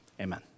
amen